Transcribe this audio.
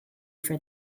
for